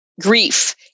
grief